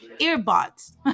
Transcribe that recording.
earbuds